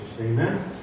Amen